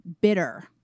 bitter